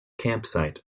campsite